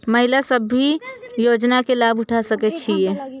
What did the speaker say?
महिला सब भी योजना के लाभ उठा सके छिईय?